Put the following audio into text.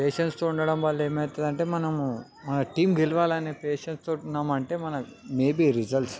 పెషెన్స్తో ఉండటం వల్ల ఏమవుతుందంటే మనము మన టీం గెలవాలనే పెషెన్స్తోటి ఉన్నాం అంటే మన మేబి రిజల్ట్స్